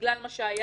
בגלל מה שהיה,